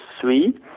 three